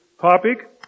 topic